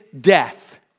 death